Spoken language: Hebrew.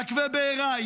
מעכבי בעירה,